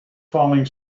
falling